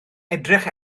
edrych